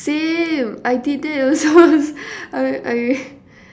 same I did that also I I